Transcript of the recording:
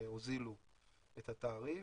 שהוזילו את התעריף,